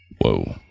Whoa